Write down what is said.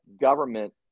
government